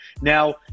Now